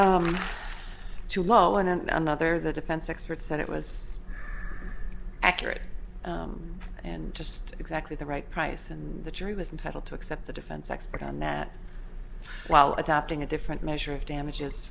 was too low and another the defense expert said it was accurate and just exactly the right price and the jury was entitled to accept the defense expert on that while adopting a different measure of damages